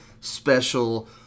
Special